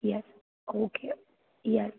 yes okay yes